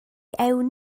awn